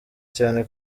cyane